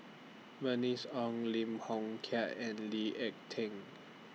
Bernice Ong Lim Hng Kiang and Lee Ek Tieng